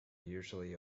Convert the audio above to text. usually